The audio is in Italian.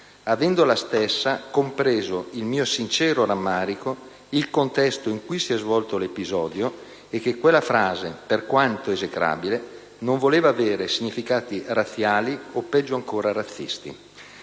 avendo la stessa compreso il mio sincero rammarico, il contesto in cui si è svolto l'episodio e che quella frase, per quanto esecrabile, non voleva avere significati razziali o, peggio ancora, razzisti.